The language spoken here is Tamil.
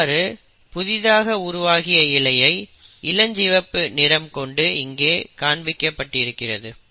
இவ்வாறு புதிதாக உருவாகிய இழையை இளஞ்சிவப்பு நிறம் கொண்டு இங்கே காண்பிக்க பட்டிருக்கிறது